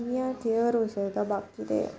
इ'यां केयर होई सकदा बाकी ते